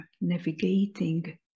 navigating